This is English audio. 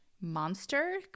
monster